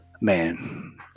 Man